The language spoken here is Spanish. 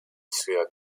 ciudad